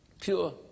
pure